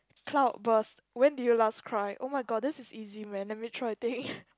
cloud burst when did you last cry oh my god this is easy man let me try to think